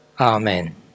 Amen